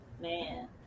Man